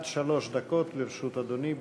עד שלוש דקות לרשות אדוני.